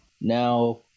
now